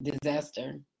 disaster